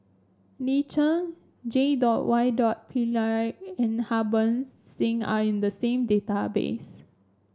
Lin Chen J dot Y dot Pillay and Harbans Singh are in the same database